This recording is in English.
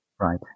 Right